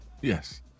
Yes